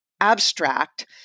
abstract